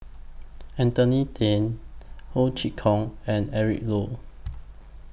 Anthony Then Ho Chee Kong and Eric Low